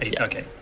okay